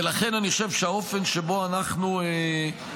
ולכן אני חושב שהאופן שבו אנחנו פועלים,